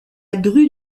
grue